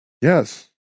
Yes